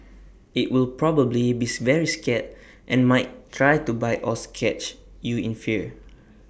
IT will probably bees very scared and might try to bite or scratch you in fear